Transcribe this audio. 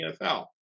NFL